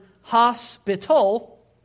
hospital